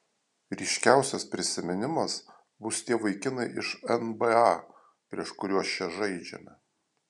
ryškiausias prisiminimas bus tie vaikinai iš nba prieš kuriuos čia žaidžiame